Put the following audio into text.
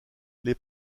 les